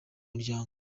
muryango